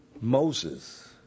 Moses